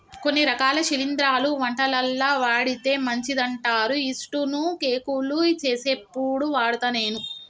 కొన్ని రకాల శిలింద్రాలు వంటలల్ల వాడితే మంచిదంటారు యిస్టు ను కేకులు చేసేప్పుడు వాడుత నేను